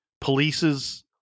police's